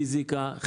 פיזיקה,